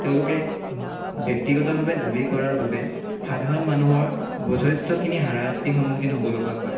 তেওঁলোকে ব্যক্তিগতভাৱে দাবী কৰাৰ বাবে সাধাৰণ মানুহৰ যথেষ্টখিনি হাৰাশাস্তিৰ সন্মুখীন হ'ব লগা হয়